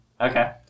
Okay